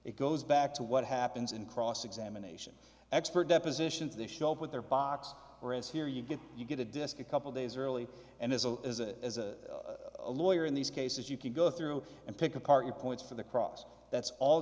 it goes back to what happens in cross examination expert depositions they show up with their box or is here you get you get a disk a couple days early and as a as a as a lawyer in these cases you can go through and pick apart your points for the cross that's all